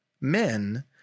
men